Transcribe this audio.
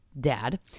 dad